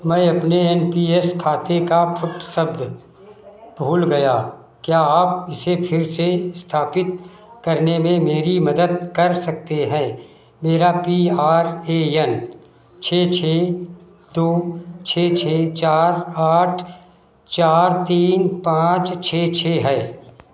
मैं अपने N P S खाते का फुटशब्द भूल गया क्या आप इसे फिर से इस्थापित करने में मेरी मदद कर सकते हैं मेरा पी आर ए एन छह छह दो छह छह चार आठ चार तीन पाँच छह छह है